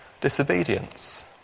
disobedience